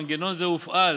מנגנון זה הופעל